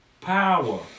power